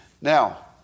Now